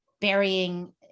burying